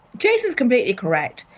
jason's completely correct.